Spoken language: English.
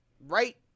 right